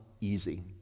easy